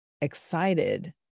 excited